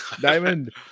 Diamond